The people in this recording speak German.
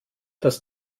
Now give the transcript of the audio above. dass